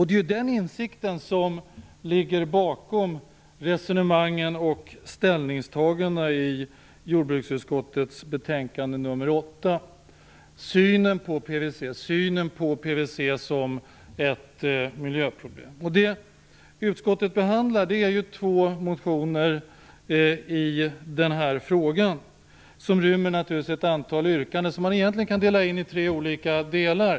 Det är den insikten som ligger bakom resonemangen och ställningstagandena i jordbruksutskottets betänkande nr 8; synen på PVC som ett miljöproblem. Utskottet behandlar två motioner i den här frågan, som naturligtvis rymmer ett antal yrkanden, som egentligen kan delas in i tre olika delar.